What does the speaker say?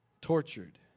Tortured